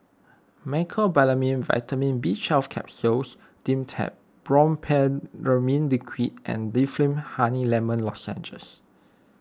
Mecobalamin Vitamin B Twelve Capsules Dimetapp Brompheniramine Liquid and Difflam Honey Lemon Lozenges